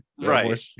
right